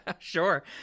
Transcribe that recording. Sure